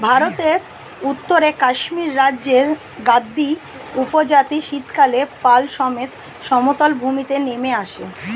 ভারতের উত্তরে কাশ্মীর রাজ্যের গাদ্দী উপজাতি শীতকালে পাল সমেত সমতল ভূমিতে নেমে আসে